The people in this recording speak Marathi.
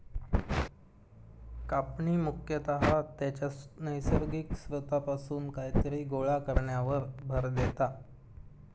कापणी मुख्यतः त्याच्या नैसर्गिक स्त्रोतापासून कायतरी गोळा करण्यावर भर देता